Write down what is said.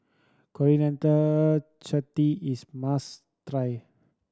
Coriander Chutney is must try